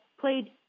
played